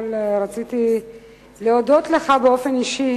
רציתי להודות לך באופן אישי